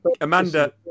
Amanda